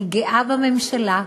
אני גאה בממשלה,